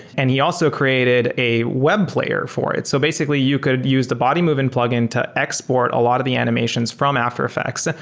and he also created a web player for it. so basically, you could use the bodymovin plugin to export a lot of the animations from after effects,